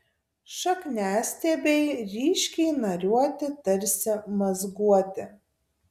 šakniastiebiai ryškiai nariuoti tarsi mazguoti